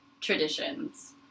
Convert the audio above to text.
traditions